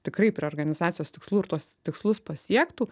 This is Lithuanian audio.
tikrai prie organizacijos tikslų ir tuos tikslus pasiektų